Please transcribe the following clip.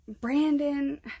Brandon